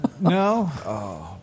No